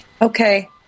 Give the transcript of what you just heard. Okay